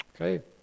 Okay